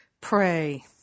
pray